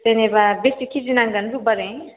जेनेबा बेसे केजि नांगोन रबिबारै